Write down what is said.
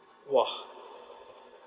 !wah!